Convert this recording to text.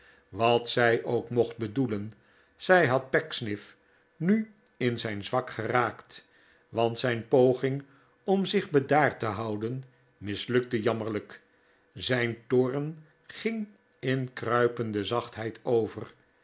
wat zij ook mocht bedoelen zij had pecksniff nu in zijn zwak geraakt want zijn poging om zich bedaard te houden mislukte jammerlijk zijn toorn ging in kruipende zachtheid over